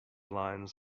lines